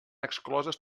excloses